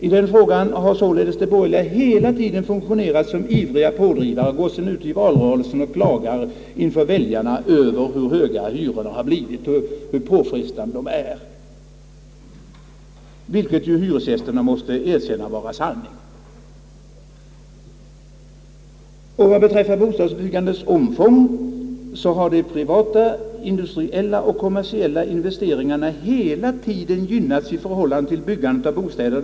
I denna fråga har de borgerliga partierna således hela tiden fungerat som ivriga pådrivare, varpå de går ut i valrörelsen och klagar inför väljarna över hur höga hyrorna har blivit och hur påfrestande de är, vilket ju hyresgästerna måste erkänna vara sant. Vad beträffar bostadsbyggandets omfång har de privata, industriella och kommersiella investeringarna hela tiden gynnats i förhållande till byggandet av bostäder.